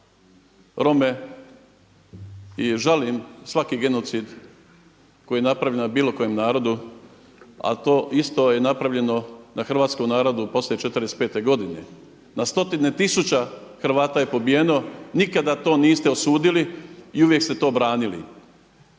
Rome i žalim svaki genocid koji je napravljen nad bilo kojem narodu, ali to isto je napravljeno na hrvatskom narodu poslije '45. godine na stotine tisuća Hrvata je pobijeno. Nikada to niste osudili i uvijek ste to branili.